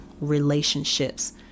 relationships